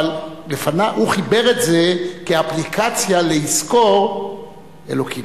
אבל הוא חיבר את זה כאפליקציה ל"יזכור אלוקים"